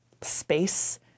space